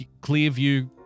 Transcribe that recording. Clearview